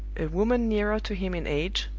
a woman nearer to him in age,